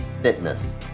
fitness